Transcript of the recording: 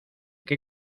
qué